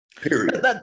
period